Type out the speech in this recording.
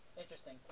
interesting